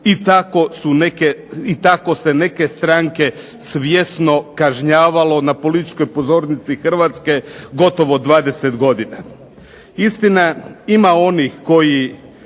i tako se neke stranke svjesno kažnjavalo na političkoj pozornici Hrvatske gotovo 20 godina. Istina, ima onih koji